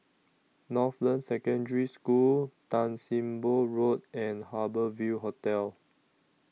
Northland Secondary School Tan SIM Boh Road and Harbour Ville Hotel